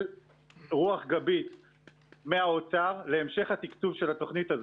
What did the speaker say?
רוח גבית מהאוצר להמשך התקצוב של התוכנית הזאת.